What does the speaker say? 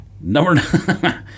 Number